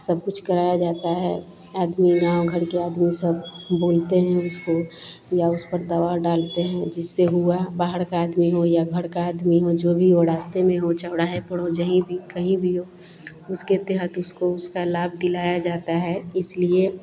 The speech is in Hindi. सब कुछ कराया जाता है आदमी गाँव घर के आदमी सब बोलते हैं उसको या उस पर दवा डालते हैं जिससे हुआ बाहर का आदमी हो या घर का आदमी हो जो भी वो रास्ते में चौराहे पर हो जहां भी कहीं भी हो उसके तहत उसको उसका लाभ दिलाया जाता है इसलिए